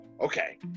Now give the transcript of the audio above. okay